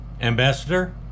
Ambassador